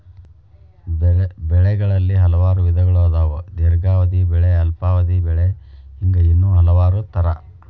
ಬೆಳೆಗಳಲ್ಲಿ ಹಲವಾರು ವಿಧಗಳು ಅದಾವ ದೇರ್ಘಾವಧಿ ಬೆಳೆ ಅಲ್ಪಾವಧಿ ಬೆಳೆ ಹಿಂಗ ಇನ್ನೂ ಹಲವಾರ ತರಾ